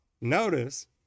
notice